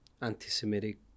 anti-Semitic